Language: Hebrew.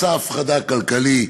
מסע הפחדה כלכלי,